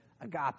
agape